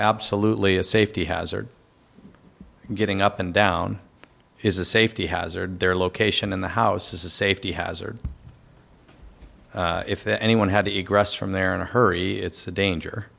absolutely a safety hazard getting up and down is a safety hazard their location in the house is a safety hazard if anyone had to egress from there in a hurry it's a danger